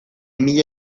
mila